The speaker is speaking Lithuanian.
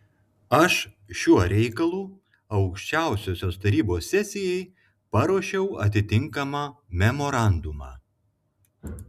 aš šiuo reikalu aukščiausiosios tarybos sesijai paruošiau atitinkamą memorandumą